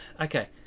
okay